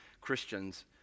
Christians